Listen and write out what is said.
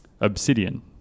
obsidian